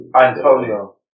Antonio